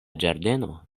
ĝardeno